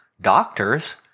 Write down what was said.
doctors